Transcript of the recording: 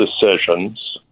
decisions